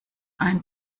ein